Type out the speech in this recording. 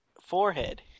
forehead